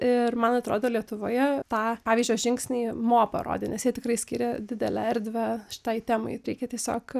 ir man atrodo lietuvoje tą pavyzdžio žingsnį mo parodė nes jie tikrai skiria didelę erdvę šitai temai reikia tiesiog